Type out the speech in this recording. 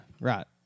right